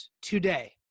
today